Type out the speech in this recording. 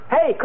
Hey